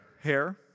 hair